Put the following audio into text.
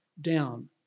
down